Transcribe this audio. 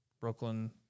Brooklyn